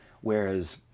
Whereas